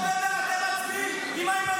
אחרי 7 באוקטובר אתם מצביעים עם איימן עודה.